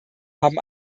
haben